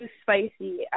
spicy